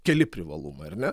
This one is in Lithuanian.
keli privalumai ar ne